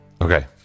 Okay